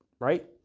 right